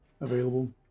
available